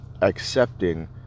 accepting